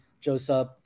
Joseph